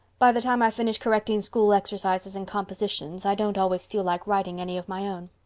by the time i finish correcting school exercises and compositions, i don't always feel like writing any of my own.